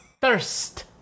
Thirst